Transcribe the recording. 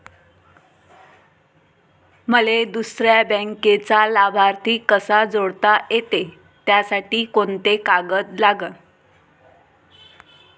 मले दुसऱ्या बँकेचा लाभार्थी कसा जोडता येते, त्यासाठी कोंते कागद लागन?